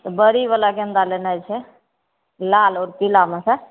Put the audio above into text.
बड़ीवला गेन्दा लेनाय छै लाल आओर पीलामेसँ